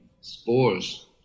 spores